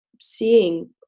seeing